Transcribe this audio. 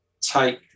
take